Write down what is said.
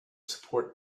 support